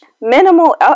minimal